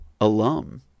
alum